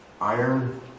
Iron